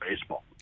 baseball